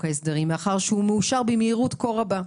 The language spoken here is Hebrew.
ההסדרים מאחר שהוא מאושר במהירות כה רבה.